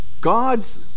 God's